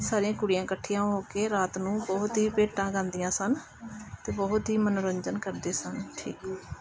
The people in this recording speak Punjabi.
ਸਾਰੀਆਂ ਕੁੜੀਆਂ ਇਕੱਠੀਆਂ ਹੋ ਕੇ ਰਾਤ ਨੂੰ ਬਹੁਤ ਹੀ ਭੇਟਾਂ ਗਾਉਂਦੀਆਂ ਸਨ ਅਤੇ ਬਹੁਤ ਹੀ ਮਨੋਰੰਜਨ ਕਰਦੇ ਸਨ ਠੀਕ